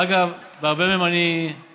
אגב, בהרבה מהם אני בזהות,